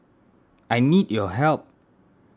I need your help